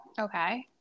okay